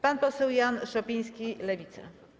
Pan poseł Jan Szopiński, Lewica.